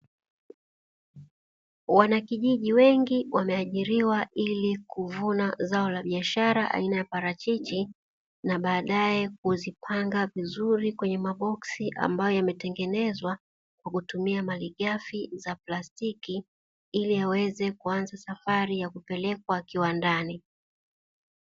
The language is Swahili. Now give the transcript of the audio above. Wanakijiji wengi wameajiriwa ili kuvuna zao la biashara aina ya parachichi na baadaye kuzipanga vizuri kwenye maboksi, ambayo yametengenezwa kwa kutumia malighafi za platiki ili yaweze kuanza safari ya kupelekwa kiwandani.